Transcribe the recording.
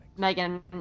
Megan